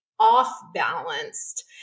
off-balanced